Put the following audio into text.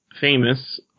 famous